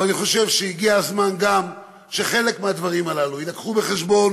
אבל אני חושב שהגיע הזמן גם שחלק מהדברים הללו יילקחו בחשבון